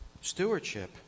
Stewardship